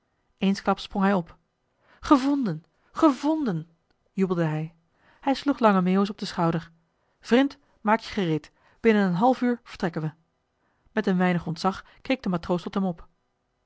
eensklaps sprong hij op gevonden gevonden jubelde hij hij sloeg lange meeuwis op den schouder vrind maak je gereed binnen een half uur vertrekken wij met een weinig ontzag keek de matroos tot hem op